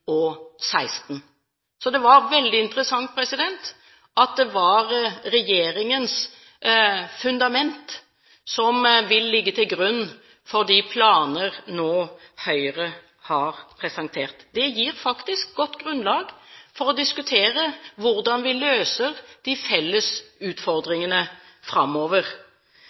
regjeringens fundament som ligger til grunn for de planer Høyre nå har presentert. Det gir faktisk godt grunnlag for å diskutere hvordan vi løser de felles utfordringene framover.